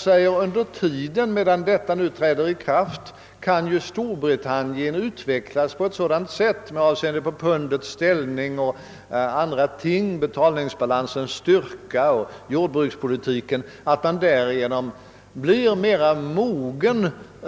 Storbritannien kanske sedermera utvecklas på sådant sätt med hänsyn till pundets ställning, betalningsbalansens styrka, jordbrukspolitiken etc., att landet blir mera moget